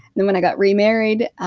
then when i got remarried,